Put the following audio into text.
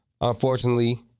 Unfortunately